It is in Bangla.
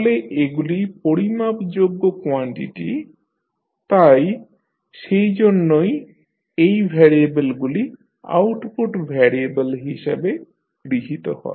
তাহলে এগুলি পরিমাপযোগ্য কোয়ান্টিটি তাই সেই জন্যই এই ভ্যারিয়েবেলগুলি আউটপুট ভ্যারিয়েবেল হিসাবে গৃহীত হয়